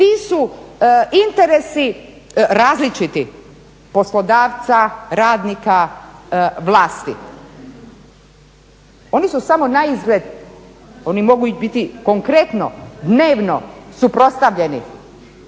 ti su interesi različiti poslodavca, radnika, vlasti. Oni su samo naizgled, oni mogu i biti konkretno, dnevno suprotstavljeni